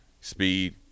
speed